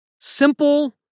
Simple